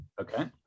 Okay